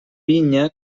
vinya